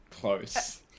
Close